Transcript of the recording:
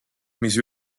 mis